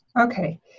Okay